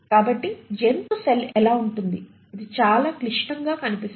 కాబట్టి జంతు సెల్ ఎలా ఉంటుందిఇది చాలా క్లిష్టంగా కనిపిస్తుంది